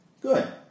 Good